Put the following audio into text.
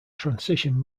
transition